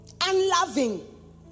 unloving